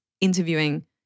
interviewing